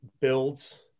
builds